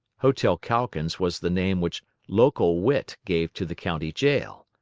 hotel calkins was the name which local wit gave to the county jail.